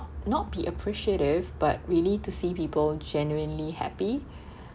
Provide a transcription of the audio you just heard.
not be appreciative but really to see people genuinely happy